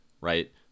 right